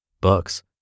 books